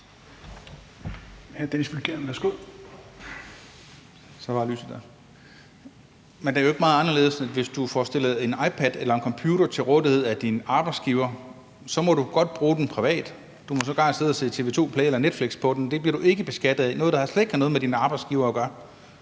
det er jo ikke meget anderledes, end hvis du får stillet en iPad eller en computer til rådighed af en arbejdsgiver. Dem må du godt bruge privat, og du må sågar sidde og se TV 2 play eller Netflix på dem. Det er noget, der slet ikke har noget med din arbejdsgiver at gøre,